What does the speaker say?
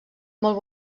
molt